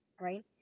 right